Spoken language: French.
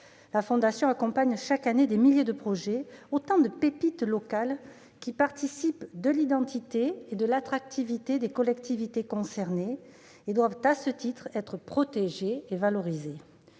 La Fondation accompagne chaque année des milliers de projets ; ce sont autant de pépites locales qui participent de l'identité et de l'attractivité des collectivités concernées et doivent être protégées et valorisées